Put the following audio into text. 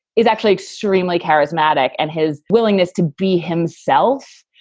is actually extremely charismatic. and his willingness to be himself,